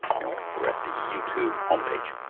here we are we're at the youtube homepage.